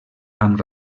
amb